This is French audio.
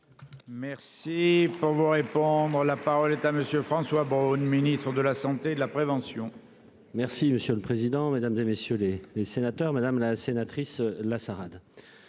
Merci. Si pour vous répondre. La parole est à monsieur François Braun Ministre de la Santé et de la prévention. Merci monsieur le président, Mesdames, et messieurs les les sénateurs, madame la sénatrice la.